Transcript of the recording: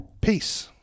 Peace